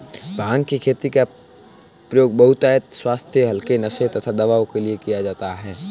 भांग की खेती का प्रयोग बहुतायत से स्वास्थ्य हल्के नशे तथा दवाओं के लिए किया जाता है